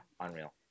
unreal